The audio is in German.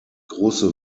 große